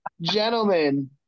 gentlemen –